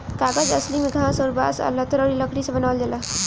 कागज असली में घास अउर बांस आ लतर अउरी लकड़ी से बनावल जाला